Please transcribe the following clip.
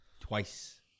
twice